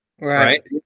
right